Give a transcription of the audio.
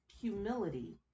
humility